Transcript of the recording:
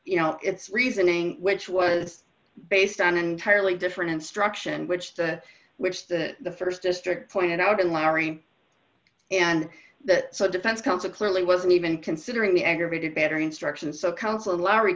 you know it's reasoning which was based on an entirely different instruction which to which that the st district pointed out in larry and that the defense counsel clearly wasn't even considering the aggravated battery instruction so counsel and larry